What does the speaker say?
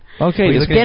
Okay